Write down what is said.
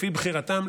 לפי בחירתם,